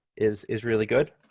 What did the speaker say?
is is really good.